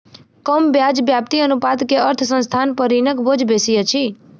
कम ब्याज व्याप्ति अनुपात के अर्थ संस्थान पर ऋणक बोझ बेसी अछि